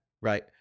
right